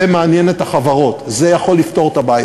זה מעניין את החברות, זה יכול לפתור את הבעיה.